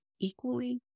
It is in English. equally